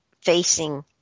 facing